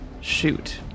shoot